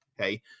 okay